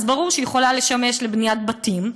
ברור שהוא יכול לשמש לבניית בתים,